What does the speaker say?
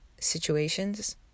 situations